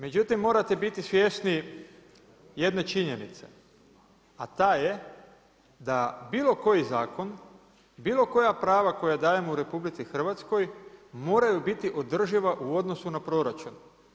Međutim morate biti svjesni jedne činjenice, a ta je da bilo koji zakon, bilo koja prava koja dajemo u RH moraju biti održiva u odnosu na proračun.